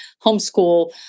homeschool